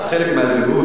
זה חלק מהזהות.